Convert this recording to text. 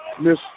Miss